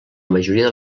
majoria